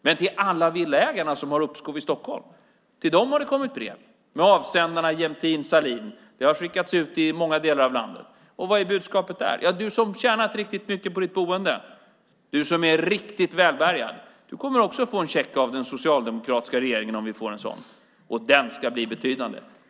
Men till alla villaägare i Stockholm som har uppskov har det kommit brev med avsändarna Jämtin och Sahlin. Det har skickats ut i många delar av landet. Vad är budskapet där? Jo, att du som har tjänat riktigt mycket på ditt boende, du som är riktigt välbärgad, kommer också att få en check av den socialdemokratiska regeringen om vi får en sådan, och den ska bli betydande.